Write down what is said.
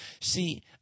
See